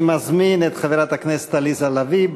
אני מזמין את חברת הכנסת עליזה לביא,